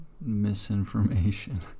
misinformation